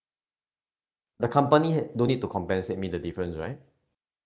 the company had no need to compensate me the difference right